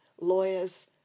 lawyers